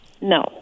No